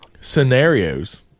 scenarios